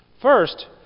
First